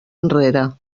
enrere